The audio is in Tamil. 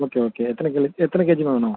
ஓகே ஓகே எத்தனை கிலோ எத்தனை கேஜிம்மா வேணும்